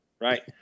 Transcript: right